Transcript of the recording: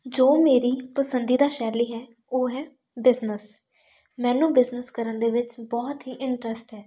ਜੋ ਮੇਰੀ ਪਸੰਦੀਦਾ ਸ਼ੈਲੀ ਹੈ ਉਹ ਹੈ ਬਿਜਨਸ ਮੈਨੂੰ ਬਿਜਨਸ ਕਰਨ ਦੇ ਵਿੱਚ ਬਹੁਤ ਹੀ ਇੰਟਰਸਟ ਹੈ